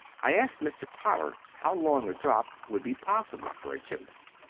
i asked mr. potter how long a drop would be possible for a gymnast.